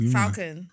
Falcon